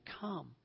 come